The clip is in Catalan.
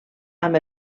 amb